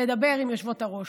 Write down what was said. לדבר עם יושבות-הראש,